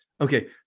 okay